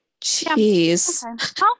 Jeez